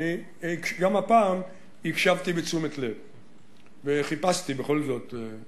גם הפעם הקשבתי בתשומת לב וחיפשתי בכל זאת,